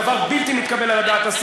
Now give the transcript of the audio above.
דבר בלתי מתקבל על הדעת.